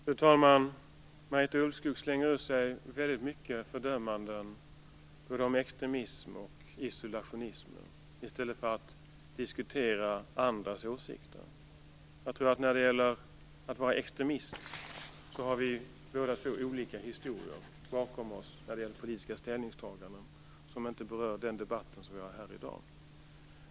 Fru talman! Marita Ulvskog slänger ur sig väldigt många fördömanden både om extremism och isolationism i stället för att diskutera andras åsikter. När det gäller att vara extremist kan jag säga att jag tror att vi båda två har olika historier bakom oss vad beträffar politiska ställningstaganden, som inte berör den debatt som vi för här i dag.